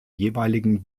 jeweiligen